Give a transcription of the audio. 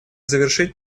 завершить